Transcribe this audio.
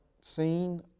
seen